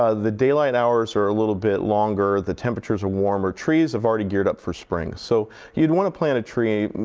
ah the daylight hours are a little bit longer, the temperatures are warmer. trees have already geared up for spring, so you'd want to plant a tree,